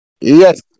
Yes